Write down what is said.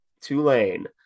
Tulane